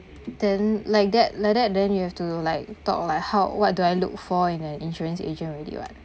then like that like that then you have to like thought like how what do I look for in an insurance agent already [what]